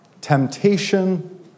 temptation